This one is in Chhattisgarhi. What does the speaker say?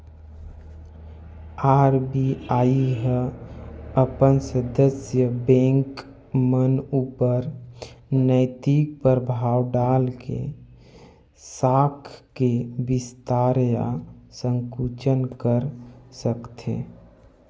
आर.बी.आई ह अपन सदस्य बेंक मन ऊपर नैतिक परभाव डाल के साख के बिस्तार या संकुचन कर सकथे